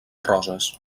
roses